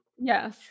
Yes